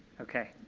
ok.